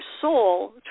soul